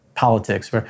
Politics